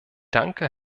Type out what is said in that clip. danke